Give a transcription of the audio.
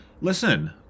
Listen